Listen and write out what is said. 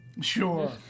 Sure